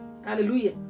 Hallelujah